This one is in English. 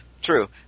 True